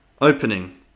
Opening